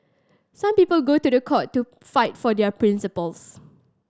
some people go to the court to fight for their principles